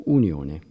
unione